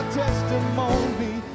testimony